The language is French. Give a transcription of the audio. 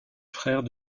frère